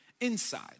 inside